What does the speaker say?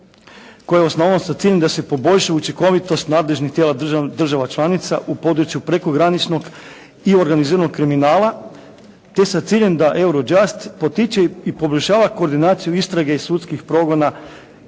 koje je osnovano s ciljem da se poboljša učinkovitost nadležnih tijela država članica u području prekograničnog i organiziranog kriminala te sa ciljem da Eurojust potiče i poboljšava koordinaciju istrage i sudskih progona,